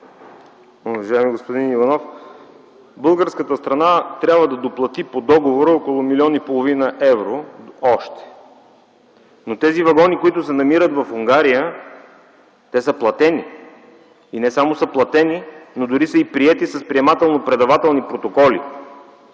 българската страна трябва да доплати по договора около милион и половина евро още, но тези вагони, които се намират в Унгария – те са платени, не само, че са платени, но дори са приети с приемателно-предавателни протоколи.